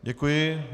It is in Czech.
Děkuji.